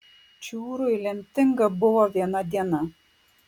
čiūrui lemtinga buvo viena diena